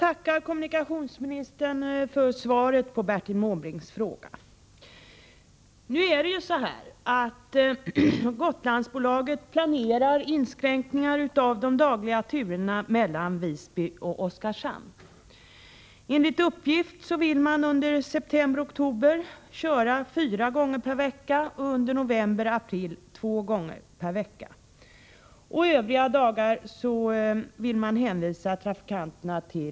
Herr talman! Jag tackar kommunikationsministern för svaret på Bertil Måbrinks fråga.